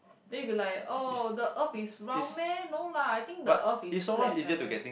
then you'll be like oh the earth is round meh no lah I think the earth is flat leh